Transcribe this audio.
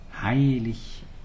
heilig